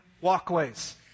walkways